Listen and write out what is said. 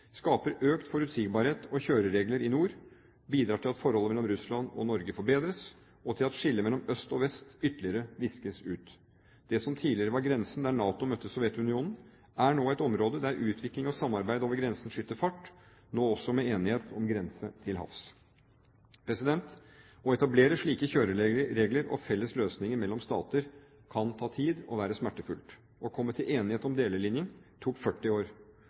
skaper økt forutsigbarhet og kjøreregler i nord, bidrar til at forholdet mellom Russland og Norge forbedres, og til at skillet mellom øst og vest ytterligere viskes ut. Det som tidligere var grensen der NATO møtte Sovjetunionen, er nå et område der utvikling og samarbeid over grensen skyter fart – nå også med enighet om grense til havs. Å etablere slike kjøreregler og felles løsninger mellom stater kan ta tid og være smertefullt. Å komme til enighet om delelinjen tok 40 år.